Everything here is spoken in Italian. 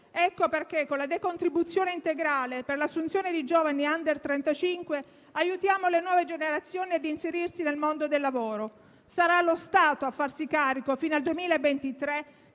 Per questo, con la decontribuzione integrale per l'assunzione di giovani *under* 35, aiutiamo le nuove generazioni ad inserirsi nel mondo del lavoro. Sarà lo Stato a farsi carico fino al 2023